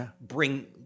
Bring